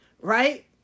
right